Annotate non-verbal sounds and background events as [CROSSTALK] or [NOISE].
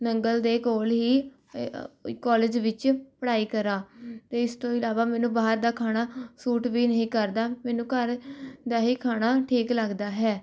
ਨੰਗਲ ਦੇ ਕੋਲ ਹੀ [UNINTELLIGIBLE] ਕਾਲਜ ਵਿੱਚ ਪੜ੍ਹਾਈ ਕਰਾਂ ਅਤੇ ਇਸ ਤੋਂ ਇਲਾਵਾ ਮੈਨੂੰ ਬਾਹਰ ਦਾ ਖਾਣਾ ਸੂਟ ਵੀ ਨਹੀਂ ਕਰਦਾ ਮੈਨੂੰ ਘਰ ਦਾ ਹੀ ਖਾਣਾ ਠੀਕ ਲੱਗਦਾ ਹੈ